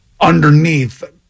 underneath